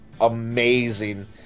amazing